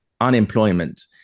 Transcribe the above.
unemployment